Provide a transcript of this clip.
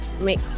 make